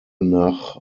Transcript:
nach